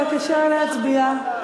בבקשה להצביע.